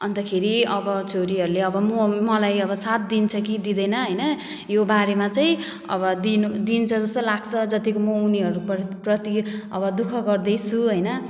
अनि त खेरि अब छोरीहरूले अब म मलाई अब साथ दिन्छ कि दिँदैन हैन यो बारेमा चाहिँ अब दिनु दिन्छ जस्तो लाग्छ जतिको म उनीहरूप्र प्रति अब दुख गर्दैछु हैन